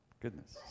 Goodness